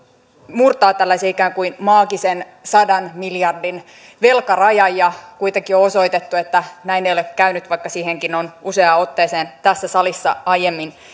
murtaa tällaisen ikään kuin maagisen sadan miljardin velkarajan ja kuitenkin on osoitettu että näin ei ole käynyt vaikka siihenkin on useaan otteeseen tässä salissa aiemmin